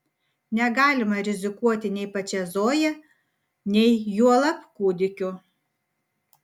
negalima rizikuoti nei pačia zoja nei juolab kūdikiu